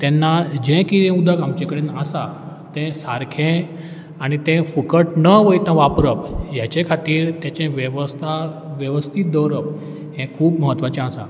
तेन्ना जें कितें उदक आमचें कडेन आसा तें सारकें आनी तें फुकट न वयता वापरप हेच्या खातीर तेचें वेवस्था वेवस्थीत दवरप हें खूब महत्वाचें आसा